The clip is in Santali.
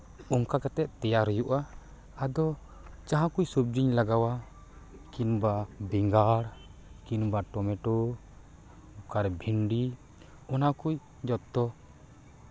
ᱚᱱᱠᱟ ᱠᱟᱛᱮᱫ ᱛᱮᱭᱟᱨ ᱦᱩᱭᱩᱜᱼᱟ ᱟᱫᱚ ᱡᱟᱦᱟᱸ ᱠᱚ ᱥᱚᱵᱽᱡᱤᱧ ᱞᱟᱜᱟᱣᱟ ᱠᱤᱢᱵᱟ ᱵᱮᱸᱜᱟᱲ ᱠᱤᱢᱵᱟ ᱴᱳᱢᱮᱴᱳ ᱚᱠᱟᱨᱮ ᱵᱷᱮᱱᱰᱤ ᱚᱱᱟ ᱠᱚ ᱡᱚᱛᱚ